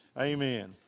Amen